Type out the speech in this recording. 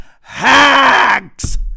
hacks